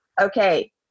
okay